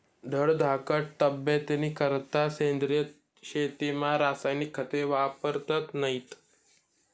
धडधाकट तब्येतनीकरता सेंद्रिय शेतीमा रासायनिक खते वापरतत नैत